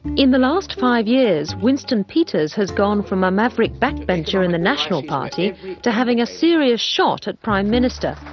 in the last five years, winston peters has gone from a maverick backbencher in the national party to having a serious shot at prime minister,